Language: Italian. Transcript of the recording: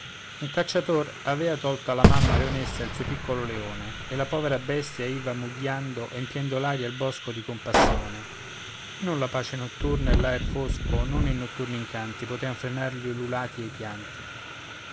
un cacciator avea tolto alla mamma leonessa il suo piccolo leone e la povera bestia iva mugghiando empiendo l'aria e il bosco di compassione non la pace notturna e l'aer fosco non i notturni incanti potean frenare gli ululati e i pianti